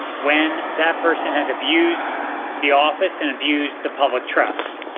when that person has abused the office and abused the public trust.